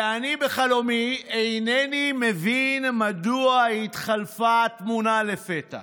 ובחלומי אינני מבין מדוע התחלפה התמונה לפתע.